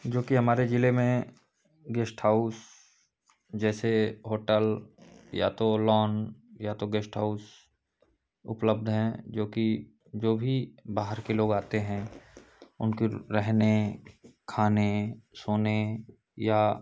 जो कि हमारे ज़िले में गेस्ट हाउस जैसे होटल या तो लॉन या तो गेस्ट हाउस उपलब्ध हैं जोकि जो भी बाहर के लोग आते हैं उनके रहने खाने सोने या